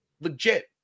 legit